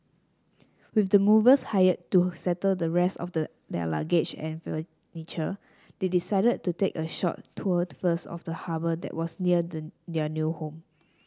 with the movers hired to settle the rest of the their luggage and furniture they decided to take a short tour first of the harbour that was near their new home